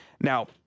Now